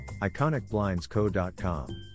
iconicblindsco.com